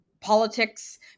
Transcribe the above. Politics